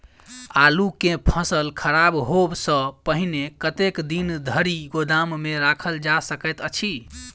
आलु केँ फसल खराब होब सऽ पहिने कतेक दिन धरि गोदाम मे राखल जा सकैत अछि?